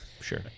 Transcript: sure